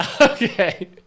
Okay